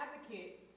advocate